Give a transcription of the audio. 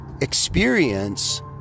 experience